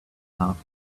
laughed